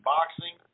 Boxing